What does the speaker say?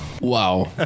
Wow